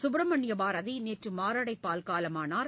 சுப்பிரமணிய பாரதி நேற்று மாரடைப்பால் காலமானார்